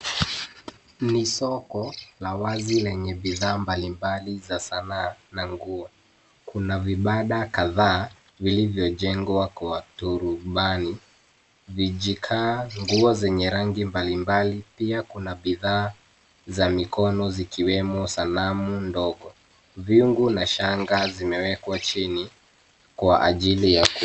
Ni soko la wazi lenye bidhaa mbalimbali za sanaa na nguo. Kuna vibanda kadhaa vilivyojengwa kwa turubani. Vijikaa nguo zenye rangi mbalimbali pia kuna bidhaa za mikono zikiwemo sanamu ndogo, vyungu na shanga zimewekwa chini kwa ajili ya kuuzwa.